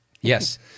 Yes